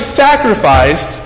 sacrifice